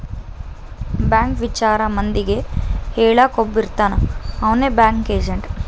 bank ವಿಚಾರ ಮಂದಿಗೆ ಹೇಳಕ್ ಒಬ್ಬ ಇರ್ತಾನ ಅವ್ನೆ ಬ್ಯಾಂಕ್ ಏಜೆಂಟ್